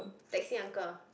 taxi uncle